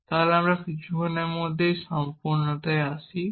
সুতরাং আমরা কিছুক্ষণের মধ্যে সম্পূর্ণতায় আসি